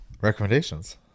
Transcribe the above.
Recommendations